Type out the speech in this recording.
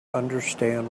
understand